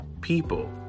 people